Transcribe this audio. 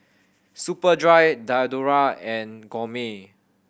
Superdry Diadora and Gourmet